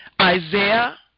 Isaiah